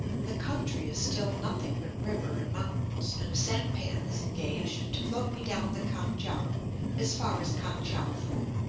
the country is still nothing but river and mountains, and a sampan is engaged to float me down the kan-kiang as far as kan-tchou-foo,